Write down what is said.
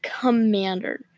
Commander